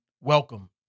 welcome